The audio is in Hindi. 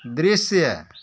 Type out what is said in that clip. दृश्य